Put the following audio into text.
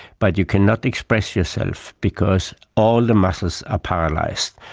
but you cannot express yourself because all the muscles are paralysed.